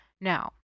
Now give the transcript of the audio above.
Now